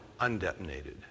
undetonated